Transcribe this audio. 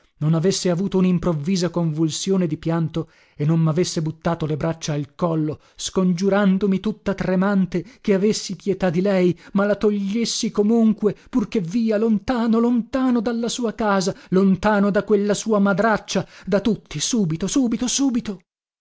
non avesse avuto unimprovvisa convulsione di pianto e non mavesse buttato le braccia al collo scongiurandomi tutta tremante che avessi pietà di lei me la togliessi comunque purché via lontano lontano dalla sua casa lontano da quella sua madraccia da tutti subito subito subito